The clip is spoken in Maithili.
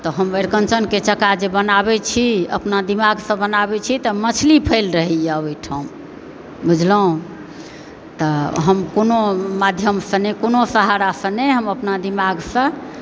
तऽ हम अरिकँचनके जे चक्का बनाबैत छी अपना दिमागसँ बनाबैत छी तऽ मछली फेल रहैए ओहिठाम बुझलहुँ तऽ हम कोनो माध्यमसँ नहि कोनो सहारासँ नहि हम अपना दिमागसँ